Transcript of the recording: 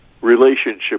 relationship